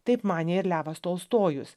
taip manė ir levas tolstojus